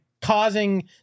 causing